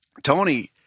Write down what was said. Tony